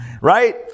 Right